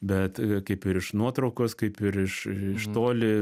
bet kaip ir iš nuotraukos kaip ir iš iš toli